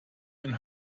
ein